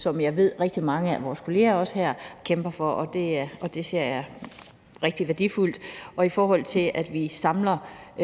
som jeg ved at rigtig mange af vores kolleger her også kæmper for, og det ser jeg som rigtig værdifuldt. I forhold til at vi samler